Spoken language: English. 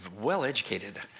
well-educated